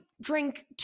drink